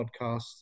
podcasts